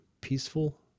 peaceful